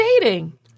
dating